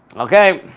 ok.